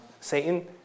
Satan